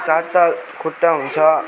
चारवटा खुट्टा हुन्छ